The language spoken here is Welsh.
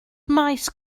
maes